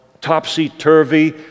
topsy-turvy